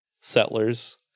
settlers